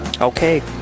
Okay